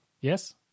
Yes